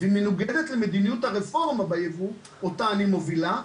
ומנוגדת למדיניות הרפורמה בייבוא אותה אני מובילה,